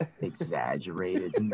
exaggerated